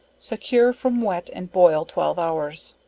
secure from wet and boil twelve hours.